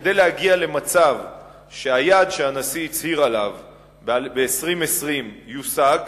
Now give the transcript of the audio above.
כדי להגיע למצב שהיעד שהנשיא הצהיר עליו ב-2020 יושג,